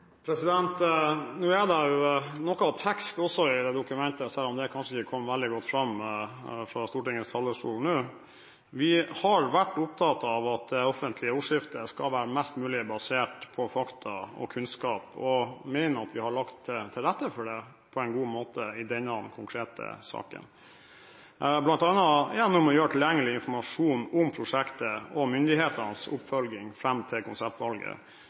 Nå er det noe tekst også i det dokumentet, selv om det kanskje ikke kom veldig godt fram fra Stortingets talerstol nå. Vi har vært opptatt av at det offentlige ordskiftet skal være mest mulig basert på fakta og kunnskap, og mener at vi har lagt til rette for det på en god måte i denne konkrete saken, bl.a. gjennom å gjøre tilgjengelig informasjon om prosjektet og myndighetenes oppfølging fram til konseptvalget,